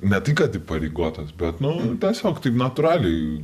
ne tik kad įpareigotas bet nu tiesiog taip natūraliai